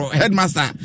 headmaster